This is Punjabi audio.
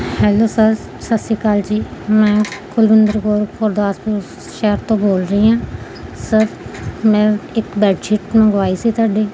ਹੈਲੋ ਸਰ ਸਤਿ ਸ਼੍ਰੀ ਅਕਾਲ ਜੀ ਮੈਂ ਕੁਲਵਿੰਦਰ ਕੌਰ ਗੁਰਦਾਸਪੁਰ ਸ਼ਹਿਰ ਤੋਂ ਬੋਲ ਰਹੀ ਹਾਂ ਸਰ ਮੈਂ ਇੱਕ ਬੈੱਡ ਸ਼ੀਟ ਮੰਗਵਾਈ ਸੀ ਤੁਹਾਡੀ